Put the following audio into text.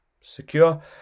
secure